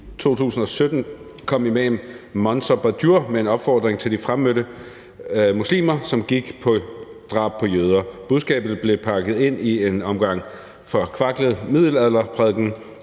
i 2017 kom imam Monzer Baajour med en opfordring til de fremmødte muslimer, som gik på drab på jøder. Budskabet blev pakket ind i en forkvaklet middelalderprædiken